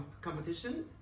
competition